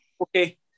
Okay